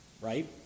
Right